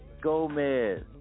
Gomez